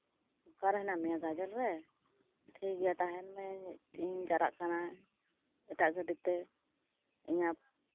ᱚᱠᱟᱨᱮ ᱢᱮᱱᱟᱜ ᱢᱮᱭᱟ ᱜᱟᱡᱚᱞ ᱨᱮ ᱴᱷᱤᱠ ᱜᱮᱭᱟ ᱛᱟᱦᱮᱱ ᱢᱮ ᱤᱧ ᱪᱟᱞᱟᱜ ᱠᱟᱱᱟ ᱮᱴᱟᱜ ᱜᱟᱹᱰᱤ ᱛᱮ ᱤᱧᱟ ᱜ